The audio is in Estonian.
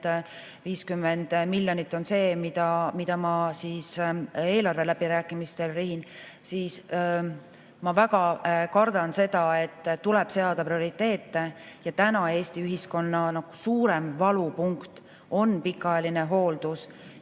50 miljonit on see, mida ma eelarve läbirääkimistele viin, siis ma väga kardan seda, et tuleb seada prioriteete. Eesti ühiskonna suurem valupunkt täna on pikaajaline hooldus.